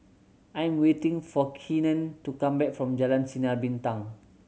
I am waiting for Keenen to come back from Jalan Sinar Bintang